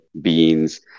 beans